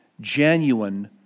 genuine